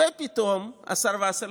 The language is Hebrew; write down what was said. פתאום, השר וסרלאוף,